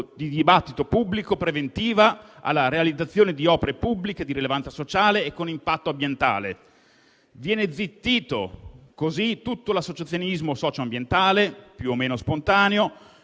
di dibattito pubblico preventiva alla realizzazione di opere pubbliche di rilevanza sociale e con impatto ambientale. Viene così zittito tutto l'associazionismo socio-ambientale più o meno spontaneo.